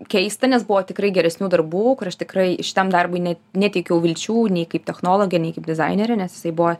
keista nes buvo tikrai geresnių darbų kur aš tikrai šitam darbui ne neteikiau vilčių nei kaip technologė nei kaip dizainerė nes jisai buvo